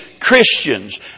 Christians